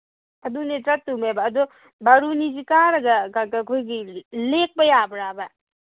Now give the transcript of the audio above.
ꯑꯗꯨꯅꯦ ꯆꯠꯇꯣꯏꯅꯦꯕ ꯑꯗꯨ ꯕꯥꯔꯨꯅꯤꯁꯤ ꯀꯥꯔꯒ ꯑꯩꯈꯣꯏꯒꯤ ꯂꯦꯛꯄ ꯌꯥꯕ꯭ꯔꯥꯕ